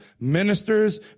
ministers